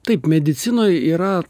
taip medicinoj yra